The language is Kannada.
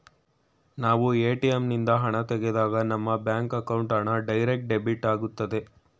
ನಾವು ಎ.ಟಿ.ಎಂ ನಿಂದ ಹಣ ತೆಗೆದಾಗ ನಮ್ಮ ಬ್ಯಾಂಕ್ ಅಕೌಂಟ್ ಹಣ ಡೈರೆಕ್ಟ್ ಡೆಬಿಟ್ ಆಗುತ್ತದೆ